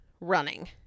running